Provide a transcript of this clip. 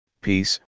peace